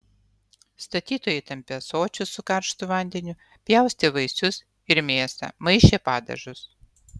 statytojai tampė ąsočius su karštu vandeniu pjaustė vaisius ir mėsą maišė padažus